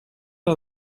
aan